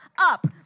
up